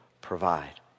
provide